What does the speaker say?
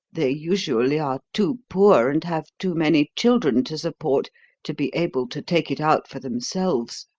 they usually are too poor and have too many children to support to be able to take it out for themselves,